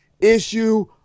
issue